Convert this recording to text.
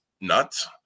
nuts